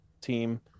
team